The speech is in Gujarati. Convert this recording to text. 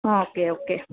હ ઓકે ઓકે